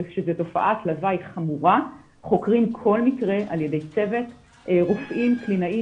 וכאשר זאת תופעת לוואי חמורה חוקרים כל מקרה על ידי צוות רופאים קלינאים